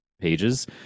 pages